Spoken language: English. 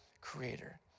creator